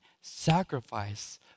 sacrifice